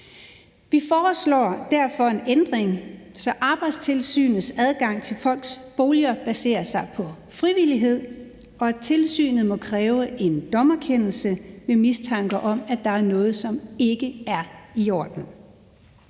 Vi foreslår derfor en ændring, så Arbejdstilsynets adgang til folks boliger baserer sig på frivillighed, og at tilsynet må bede om en dommerkendelse ved mistanke om, at der er noget, som ikke er i orden.